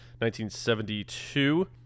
1972